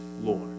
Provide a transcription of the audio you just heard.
Lord